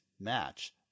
match